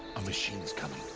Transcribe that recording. a machine's coming.